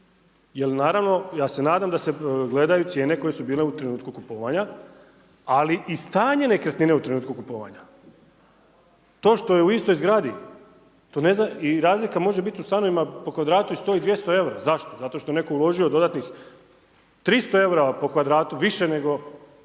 Jer naravno ja se nadam da se gledaju cijene koje su bile u trenutku kupovanja, ali i stanje nekretnine u trenutku kupovanja. To što je u istoj zgradi i razlika može bit u stanovima po kvadratu i 100 i 200 eura, zašto? Zato što je netko uložio dodatnih 300 eura po kvadratu više nego